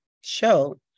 show